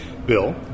Bill